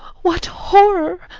what horror!